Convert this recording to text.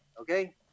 Okay